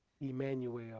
Emmanuel